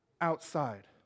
outside